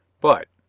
but,